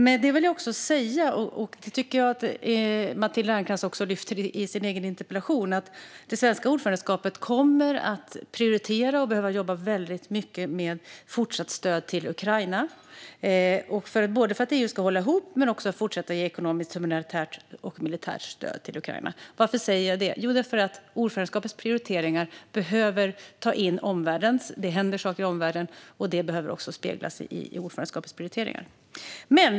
Men jag vill också säga - och det tycker jag att Matilda Ernkrans lyfter fram i sin interpellation - att det svenska ordförandeskapet kommer att prioritera och behöva jobba väldigt mycket med fortsatt stöd till Ukraina. Det är både för att EU ska hålla ihop och för att det ska fortsätta att ge ekonomiskt och militärt stöd till Ukraina. Varför säger jag det? Jo, därför att ordförandeskapets prioriteringar behöver ta in omvärlden. Det händer saker i omvärlden, och det behöver också speglas i ordförandeskapets prioriteringar.